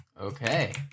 Okay